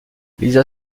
lisa